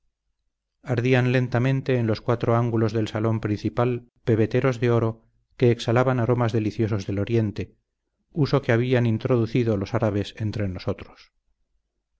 ardían lentamente en los cuatro ángulos del salón principal pebeteros de oro que exhalaban aromas deliciosos del oriente uso que habían introducido los árabes entre nosotros